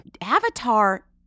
avatar